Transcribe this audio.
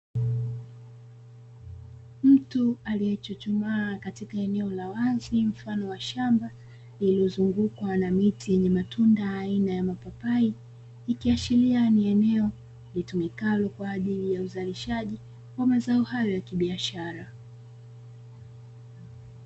Mtu aliyechuchumaa katika eneo la wazi mfano wa shamba, iliyozungukwa na miti aina ya mapapai, ikiashiria ni eneo litumikalo kwa ajili ya uzalishaji wa mazao hayo ya kibiashara.